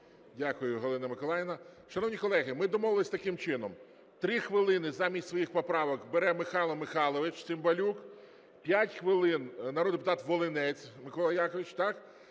Дякую, Галина Миколаївна. Шановні колеги, ми домовились таким чином: 3 хвилини замість своїх поправок бере Михайло Михайлович Цимбалюк, 5 хвилин – народний депутат Волинець Микола Якович, так.